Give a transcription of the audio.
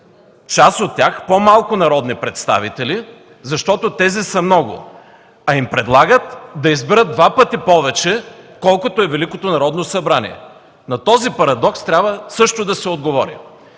искат по-малко народни представители, защото тези са много, а им предлагат да изберат два пъти повече – колкото е Великото Народно събрание. На този парадокс трябва също да се отговори.